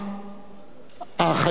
זיכרונו לברכה, האחיות מיקה וטלי,